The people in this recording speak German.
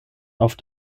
auf